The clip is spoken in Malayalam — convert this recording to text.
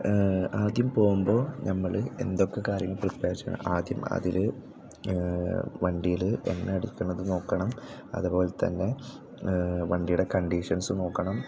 ആദ്യം പോകുമ്പോൾ നമ്മൾ എന്തൊക്കെ കാര്യങ്ങൾ പ്രിപ്പയർ ചെയ്യണം ആദ്യം അതിൽ വണ്ടിയിൽ എണ്ണ എടുക്കുന്നത് നോക്കണം അതുപോലെ തന്നെ വണ്ടിയുടെ കണ്ടീഷൻസ് നോക്കണം